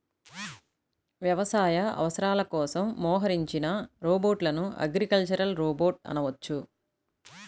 వ్యవసాయ అవసరాల కోసం మోహరించిన రోబోట్లను అగ్రికల్చరల్ రోబోట్ అనవచ్చు